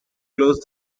close